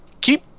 Keep